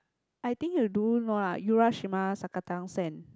I think you do know lah you Urashimasakatasen